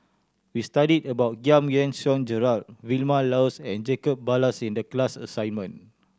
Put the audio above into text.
we studied about Giam Yean Song Gerald Vilma Laus and Jacob Ballas in the class assignment